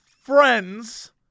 friends